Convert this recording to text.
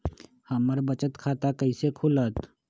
हमर बचत खाता कैसे खुलत?